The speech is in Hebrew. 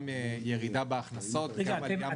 גם ירידה בהכנסות וגם --- רגע,